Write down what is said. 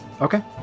okay